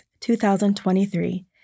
2023